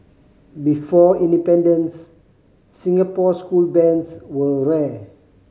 before independence Singapore school bands were rare